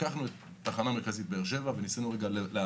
לקחנו את התחנה המרכזית בבאר שבע ורצינו להבין